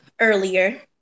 earlier